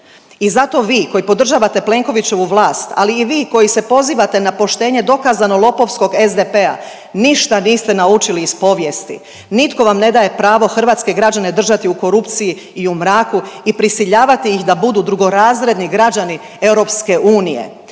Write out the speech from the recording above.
I zato vi koji podržavate Plenkovićevu vlast, ali i vi koji se pozivate na poštenje dokazano lopovskog SDP-a ništa niste naučili iz povijesti. Nitko vam ne daje pravo hrvatske građane držati u korupciji i u mraku i prisiljavati ih da budu drugorazredni građani EU.